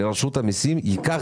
לרשות המיסים ייקח